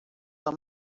são